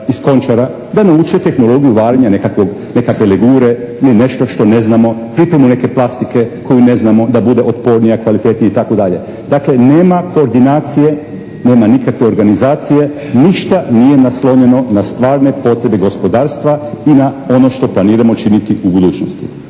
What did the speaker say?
iz "Končara" da nauče tehnologiju varenja nekakve legure ili nešto što ne znamo, …/Govornik se ne razumije./… neke plastike koju ne znamo da bude otpornija, kvalitetnija itd. Dakle, nema koordinacije, nema nikakve organizacije, ništa nije naslonjeno na stvarne potrebe gospodarstva i na ono što planiramo činiti u budućnosti.